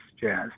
Jazz